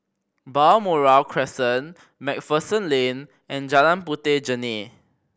Balmoral Crescent Macpherson Lane and Jalan Puteh Jerneh